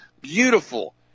beautiful